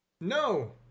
No